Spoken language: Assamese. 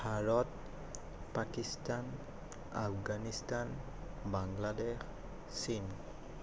ভাৰত পাকিস্তান আফগানিস্তান বাংলাদেশ চীন